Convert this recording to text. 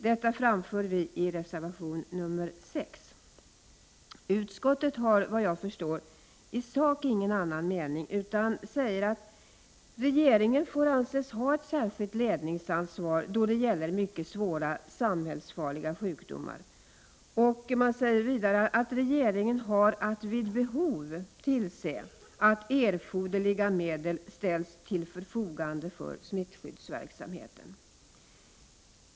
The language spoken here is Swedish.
Detta framför vi i reservation nr 6. Utskottet har, såvitt jag förstår, i sak ingen annan mening, utan säger att regeringen får anses ha ett särskilt ledningsansvar då det gäller mycket svåra samhällsfarliga sjukdomar och att regeringen har att vid behov tillse att erforderliga medel ställs till förfogande för smittskyddsverksamheten.